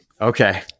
Okay